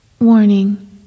Warning